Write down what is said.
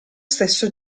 stesso